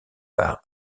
part